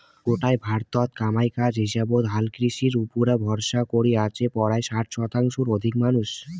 গোটায় ভারতত কামাই কাজ হিসাবত হালকৃষির উপুরা ভরসা করি আছে পরায় ষাট শতাংশর অধিক মানষি